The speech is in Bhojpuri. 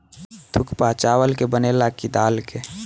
थुक्पा चावल के बनेला की दाल के?